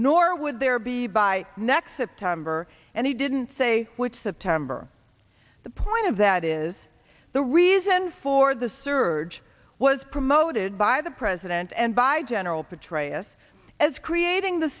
nor would there be by next september and he didn't say which september point of that is the reason for the surge was promoted by the president and by general petraeus as creating the